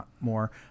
more